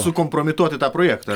sukompromituoti tą projektą